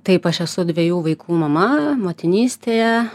taip aš esu dviejų vaikų mama motinystėje